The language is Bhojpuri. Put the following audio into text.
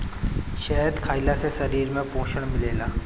शहद खइला से शरीर में पोषण मिलेला